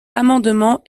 amendement